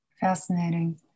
Fascinating